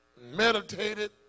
meditated